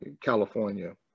California